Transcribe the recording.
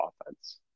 offense